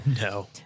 No